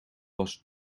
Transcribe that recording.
was